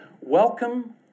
welcome